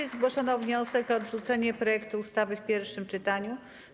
W dyskusji zgłoszono wniosek o odrzucenie projektu ustawy w pierwszym czytaniu.